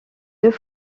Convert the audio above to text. deux